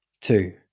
Two